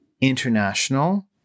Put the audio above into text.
international